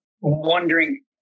wondering